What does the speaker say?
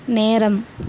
நேரம்